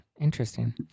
Interesting